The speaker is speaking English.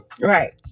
right